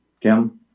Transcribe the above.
Kim